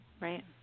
Right